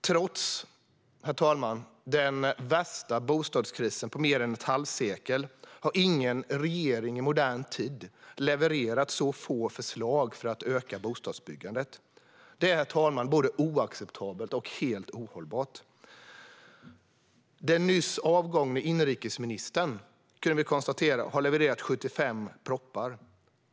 Trots den värsta bostadskrisen på mer än ett halvsekel har ingen regering i modern tid levererat så få förslag för att öka bostadsbyggandet. Det är både oacceptabelt och ohållbart. Den nyss avgångne inrikesministern har levererat 75 propositioner.